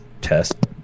test